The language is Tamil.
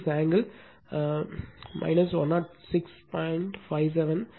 36 ஆங்கிள் 106